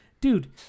dude